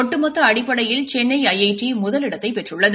ஒட்டுமொத்த அடிப்படையில் Chennai I T முதலிடத்தை பெற்றுள்ளது